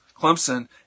Clemson